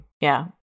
yeah-